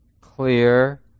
clear